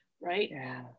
right